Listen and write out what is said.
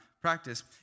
Practice